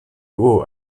haut